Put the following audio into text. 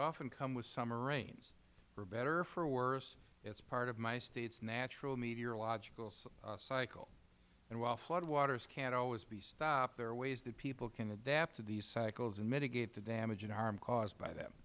often come with summer rains for better or for worse it is part of my state's natural meteorological cycle and while flood waters can't always be stopped there are ways that people can adapt to these cycles and mitigate the damage and harm caused by them